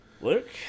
Luke